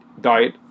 diet